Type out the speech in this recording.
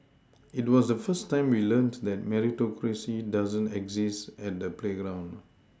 it was the first time we learnt that Meritocracy doesn't exist at the playground